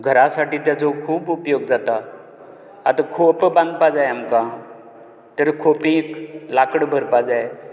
घरा साठी तेजो खूब उपयोग जाता आतां खोप बांदपाक जाय आमकां तर खोपींत लाकडां भरपाक जाय